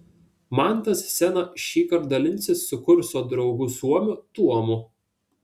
mantas scena šįkart dalinsis su kurso draugu suomiu tuomu